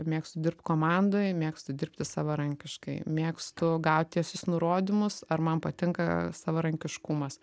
mėgstu dirbt komandoj mėgstu dirbti savarankiškai mėgstu gaut tiesius nurodymus ar man patinka savarankiškumas